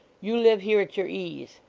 you live here at your ease.